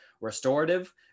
restorative